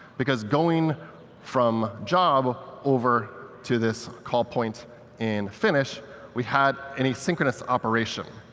because going from job over to this call point in finish we had an asynchronous operation.